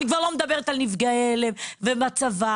אני כבר לא מדברת על נפגעי הלם, ובצבא